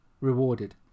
rewarded